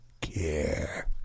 care